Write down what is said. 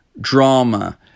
drama